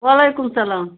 وعلیکُم السَلام